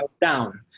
down